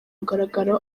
mugaragaro